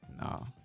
no